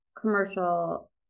commercial